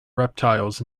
reptiles